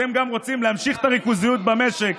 גם להמשיך את הריכוזיות במשק,